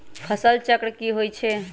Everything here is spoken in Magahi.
फसल चक्र की होई छै?